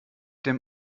dem